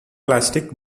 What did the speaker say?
plastic